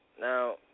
Now